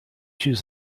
choose